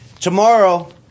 Tomorrow